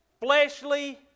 fleshly